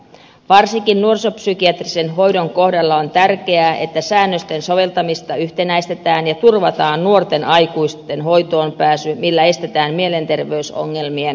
varsinkin nuorisopsykiatrisen hoidon kohdalla on tärkeää että säännösten soveltamista yhtenäistetään ja turvataan nuorten aikuisten hoitoonpääsy millä estetään mielenterveysongelmien paheneminen